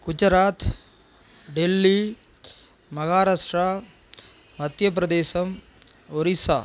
Gujarat Delhi Maharashtra Madhya Pradesh Orissa